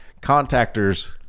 contactors